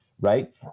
Right